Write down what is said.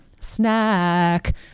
snack